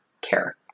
care